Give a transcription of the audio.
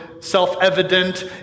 self-evident